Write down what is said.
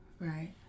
right